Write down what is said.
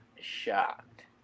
shocked